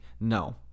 No